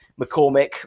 McCormick